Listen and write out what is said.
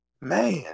man